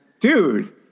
dude